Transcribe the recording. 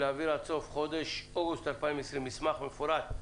להעביר עד סוף חודש אוגוסט 2020 מסמך מפורט,